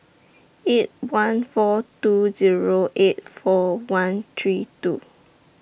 eight one four two Zero eight four one three two